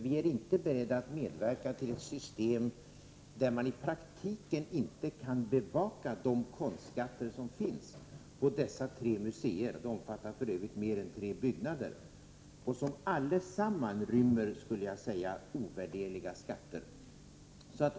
Vi är inte beredda att medverka till ett system, där man i praktiken inte kan bevaka de konstskatter som finns på dessa tre museer, som för övrigt omfattar mer än tre byggnader, och som allesammans rymmer ovärderliga skatter.